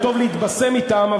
או טוב להתבשם בהם,